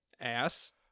ass